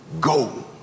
go